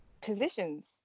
positions